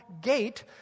gate